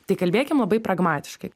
tai kalbėkim labai pragmatiškai